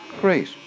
Great